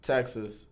Texas